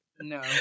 no